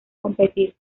competir